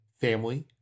family